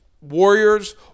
Warriors